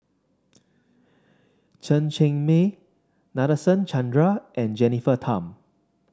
Chen Cheng Mei Nadasen Chandra and Jennifer Tham